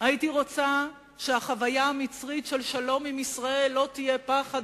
הייתי רוצה שהחוויה המצרית של שלום עם ישראל לא תהיה פחד,